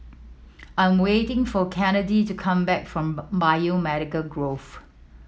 I'm waiting for Kennedy to come back from Biomedical Grove